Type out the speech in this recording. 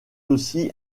aussi